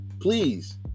please